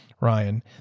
ryan